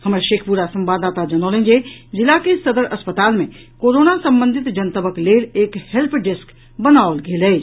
हमर शेखपुरा संवाददाता जनौलनि जे जिला के सदर अस्पताल मे कोरोना संबंधित जनतबक लेल एक हेल्प डेस्क बनाओल गेल अछि